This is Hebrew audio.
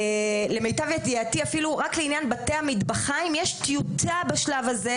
למיטב ידיעתי אפילו רק לעניין בתי המטבחיים יש טיוטה בשלב הזה,